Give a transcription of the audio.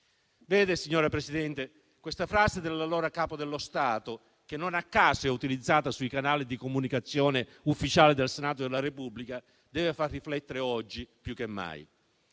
Signora Presidente, questa frase dell'allora Capo dello Stato, che non a caso è utilizzata sui canali di comunicazione ufficiale del Senato della Repubblica, deve far riflettere, oggi più che mai.